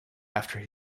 after